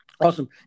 Awesome